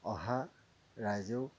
অহা ৰাইজেও